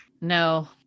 No